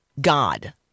God